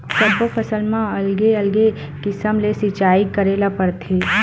सब्बो फसल म अलगे अलगे किसम ले सिचई करे ल परथे